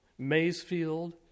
Maysfield